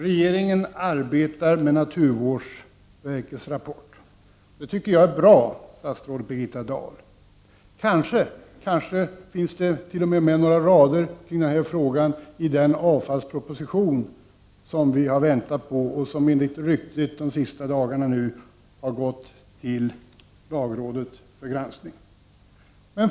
Regeringen arbetar med naturvårdsverkets rapport. Det tycker jag är bra, statsrådet Birgitta Dahl. Det kanske t.o.m. finns med några rader om denna fråga i den avfallsproposition som vi har väntat på och som enligt ryktet under de senaste dagarna har överlämnats till lagrådet för granskning.